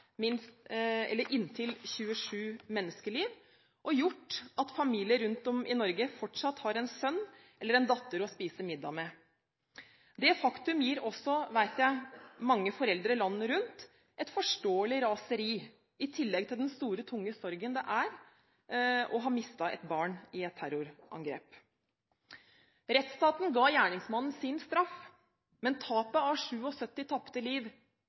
inntil 27 menneskeliv og gjort at familier rundt om i Norge fortsatt hadde en sønn eller en datter å spise middag med. Det faktum vet jeg gir mange foreldre landet rundt et forståelig raseri – i tillegg til den store, tunge sorgen det er å ha mistet et barn i et terrorangrep. Rettsstaten ga gjerningsmannen sin straff, men tapet av 77 liv